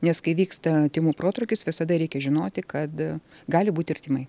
nes kai vyksta tymų protrūkis visada reikia žinoti kad gali būt ir tymai